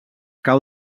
cau